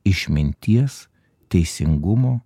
išminties teisingumo